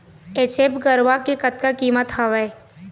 HF गरवा के कतका कीमत हवए?